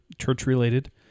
church-related